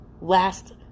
last